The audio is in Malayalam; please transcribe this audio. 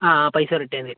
ആ ആ പൈസ റിട്ടേൺ തരും